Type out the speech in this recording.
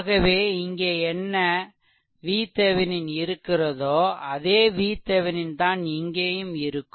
ஆகவே இங்கே என்ன VThevenin இருக்கிறதோ அதே VThevenin தான் இங்கேயும் இருக்கும்